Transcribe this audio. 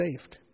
saved